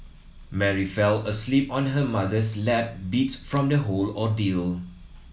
Mary fell asleep on her mother's lap beat from the whole ordeal